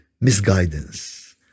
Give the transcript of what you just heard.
misguidance